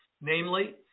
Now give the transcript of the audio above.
namely